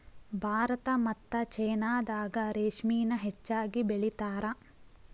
ಭಾರತಾ ಮತ್ತ ಚೇನಾದಾಗ ರೇಶ್ಮಿನ ಹೆಚ್ಚಾಗಿ ಬೆಳಿತಾರ